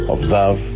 Observe